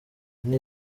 nti